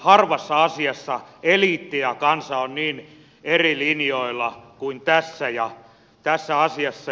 harvassa asiassa eliitti ja kansa on niin eri linjoilla kuin tässä asiassa